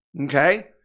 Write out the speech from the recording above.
okay